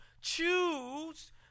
choose